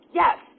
yes